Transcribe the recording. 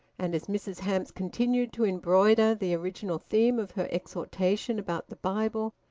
and as mrs hamps continued to embroider the original theme of her exhortation about the bible,